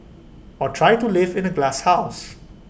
or try to live in A glasshouse